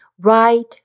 right